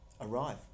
arrive